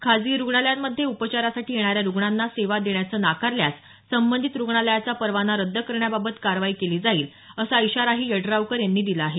खाजगी रुग्णालयांमध्ये उपचारासाठी येणाऱ्या रुग्णांना सेवा देण्याचं नाकारल्यास सबंधित रुग्णालयाचा परवाना रद्द करण्याबाबत कारवाई केली जाईल असा इशाराही यड्रावकर यांनी दिला आहे